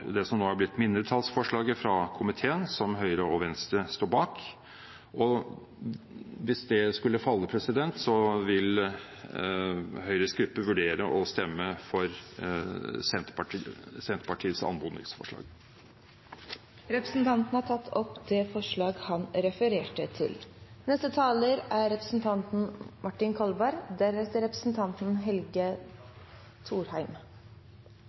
det som nå har blitt mindretallsforslaget fra komiteen, og som Høyre og Venstre står bak. Hvis det skulle falle, vil Høyre vurdere å stemme for Senterpartiets anmodningsforslag. Representanten Michael Tetzschner har tatt opp det forslaget han refererte til. Det er